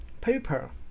Paper